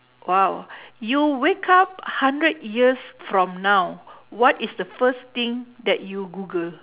!wow! you wake up hundred years from now what is the first thing that you google